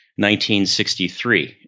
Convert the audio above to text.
1963